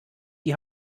die